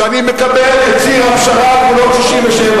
כשאני מקבל את ציר הפשרה על גבולות 67',